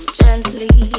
gently